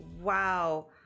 wow